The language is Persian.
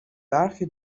برخی